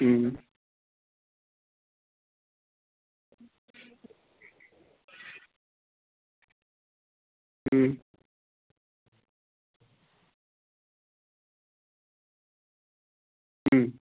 उम उम उम